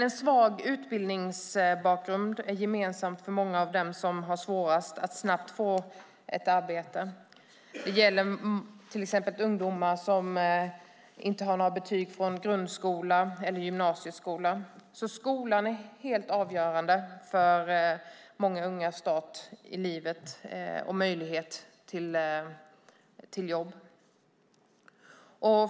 En svag utbildningsbakgrund är gemensamt för många av dem som har svårast att snabbt få ett arbete. Det gäller till exempel ungdomar som inte har några betyg från grundskola eller gymnasieskola. Skolan är helt avgörande för många ungas start i livet och möjlighet till jobb.